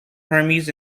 hermes